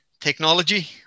technology